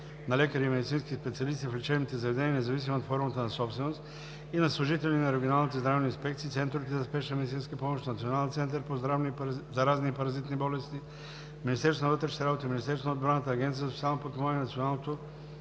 на лекари и медицински специалисти в лечебните заведения, независимо от формата на собственост, и на служители на регионалните здравни инспекции, центровете за спешна медицинска помощ, Националния център по заразни и паразитни болести, Министерството на вътрешните